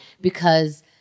because-